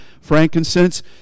frankincense